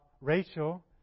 Rachel